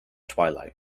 twilight